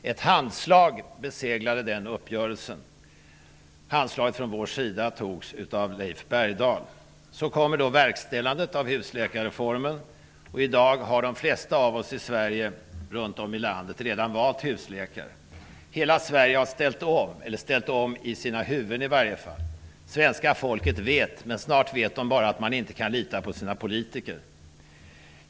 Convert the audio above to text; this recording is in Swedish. Ett handslag beseglade den uppgörelsen. För handslaget stod från vår sida Leif Bergdahl. Så kommer vi till verkställandet av husläkarreformen, och i dag har de flesta av oss runt om i landet redan valt husläkare. Hela Sverige har ställt om, i varje fall mentalt, men snart vet väljarna bara att man inte kan lita på sina politiker.